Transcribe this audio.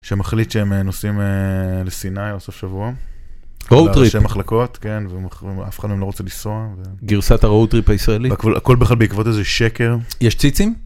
שמחליט שהם נוסעים לסיני או סוף שבוע. רודטריפ. לראשי מחלקות, כן, ואף אחד מהם לא רוצה לנסוע. גרסת הרודטריפ הישראלי. הכל בכלל בעקבות איזה שקר. יש ציצים?